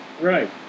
Right